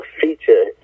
feature